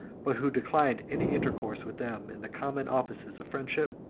but who declined any intercourse with them in the common offices of friendship,